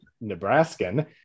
Nebraskan